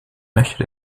möchte